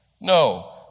No